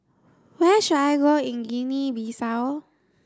where should I go in Guinea Bissau